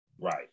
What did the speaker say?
Right